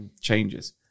changes